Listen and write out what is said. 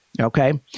okay